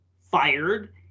fired